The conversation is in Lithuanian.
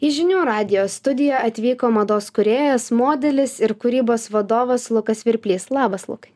į žinių radijo studiją atvyko mados kūrėjas modelis ir kūrybos vadovas lukas svirplys labas lukai